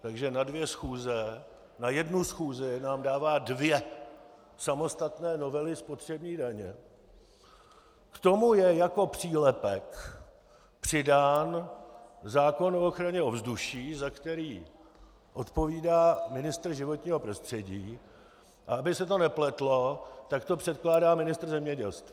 Takže na dvě schůze na jednu schůzi nám dává dvě samostatné novely spotřební daně, k tomu je jako přílepek přidán zákon o ochraně ovzduší, za který odpovídá ministr životního prostředí, a aby se to nepletlo, tak to předkládá ministr zemědělství.